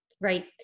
Right